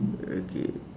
okay